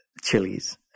chilies